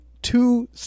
two